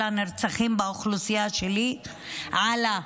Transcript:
של הנרצחים באוכלוסייה שלי עלה.